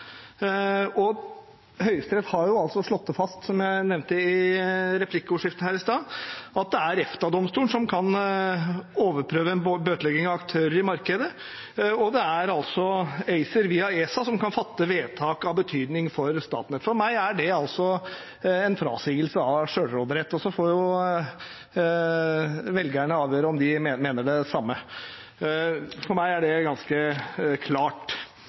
ha. Høyesterett har som jeg nevnte i replikkordskiftet her i sted, slått fast at det er EFTA-domstolen som kan overprøve en bøtelegging av aktører i markedet, og det er ACER via ESA som kan fatte vedtak av betydning for Statnett. For meg er det altså en frasigelse av selvråderett. Og så får velgerne avgjøre om de mener det samme. For meg er det ganske klart,